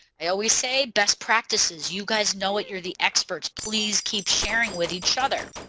i always say best practices you guys know what you're the experts please keep sharing with each other.